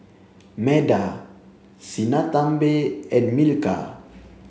Medha Sinnathamby and Milkha